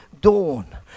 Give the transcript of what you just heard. dawn